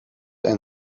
ein